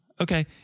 okay